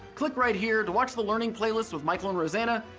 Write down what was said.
click right here to watch the learning playlist with michael and rosanna.